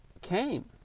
came